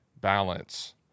balance